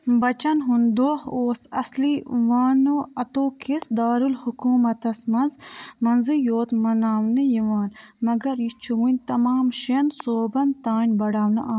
بَچن ہُنٛد دۄہ اوس اصلی وانواَتو کِس دارالحُکوٗمتس منٛز منٛزٕے یوت مناونہٕ یِوان، مگر یہِ چھُ وۄنۍ تمام شیٚن صوبن تانۍ بَڑاونہٕ آمُت